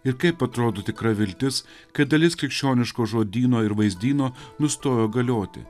ir kaip atrodo tikra viltis kad dalis krikščioniško žodyno ir vaizdyno nustojo galioti